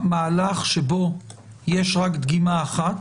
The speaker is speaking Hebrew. למהלך שבו יש רק דגימה אחת,